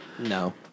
No